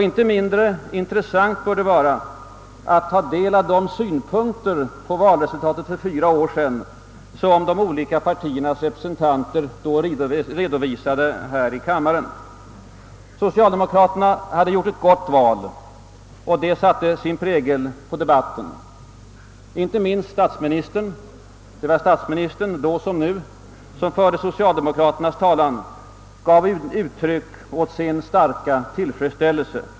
Inte mindre intressant bör det vara att ta del av de synpunkter på valresultatet för fyra år sedan, som de olika partiernas representanter då redovisade i denna kammare. Socialdemokraterna hade haft ett gott val, något som satte sin prägel i debatten. Inte minst statsministern — det var denne vilken då som nu förde socialdemokraternas talan — gav uttryck för sin starka tillfredsställelse.